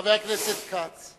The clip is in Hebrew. חבר הכנסת כץ,